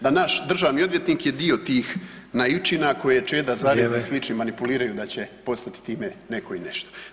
Da naš državni odvjetnik je dio tih naivčina koje je Čeda zarez [[Upadica: Vrijeme.]] i slični manipuliraju da će postati time netko i nešto.